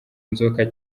nzoka